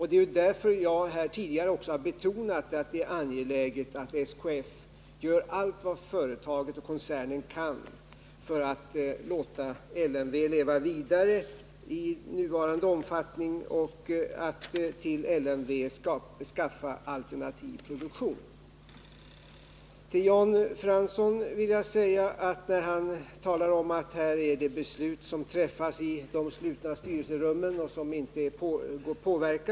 Det är därför jag också har betonat att det är angeläget att SKF gör allt vad företaget och koncernen kan för att låta LMV leva vidare i nuvarande omfattning genom att till LMV skaffa alternativ produktion. Jan Fransson sade att besluten träffas i de slutna styrelserummen och att de inte går att påverka.